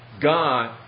God